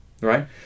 Right